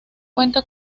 cuenta